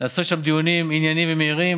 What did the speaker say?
לקיים שם דיונים ענייניים ומהירים,